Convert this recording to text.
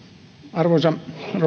arvoisa rouva